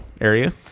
area